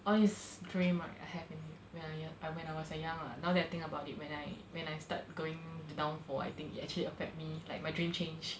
all these dream right I have when I when I was uh young now that I think about it when I when I start going down for I think it actually affect me like my dream change